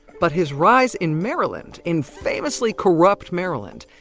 but his rise in maryland, in famously corrupt maryland.